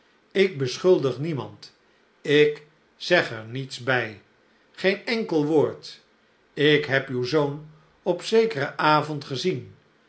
ik beschuldig niemand ik zeg er niets bij geen enkel woord ik heb uw zoon op zekeren avond gezien